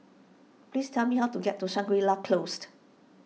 please tell me how to get to Shangri La Closed